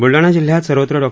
ब्लडाणा जिल्ह्यात सर्वत्र डॉ